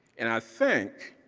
and i think